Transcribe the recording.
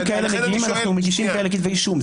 כשתיקים כאלה מגיעים אנחנו מגישים כתבי אישום.